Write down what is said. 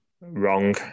Wrong